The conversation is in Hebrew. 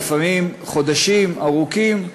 ולפעמים חודשים ארוכים,